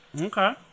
Okay